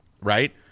right